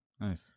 Nice